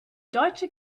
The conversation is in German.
deutsche